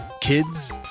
Kids